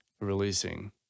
releasing